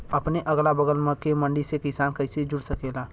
अपने अगला बगल के मंडी से किसान कइसे जुड़ सकेला?